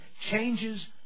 changes